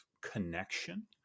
connection